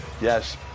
Yes